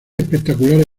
espectaculares